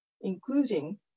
including